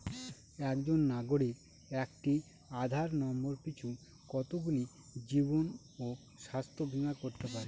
একজন নাগরিক একটি আধার নম্বর পিছু কতগুলি জীবন ও স্বাস্থ্য বীমা করতে পারে?